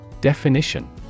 Definition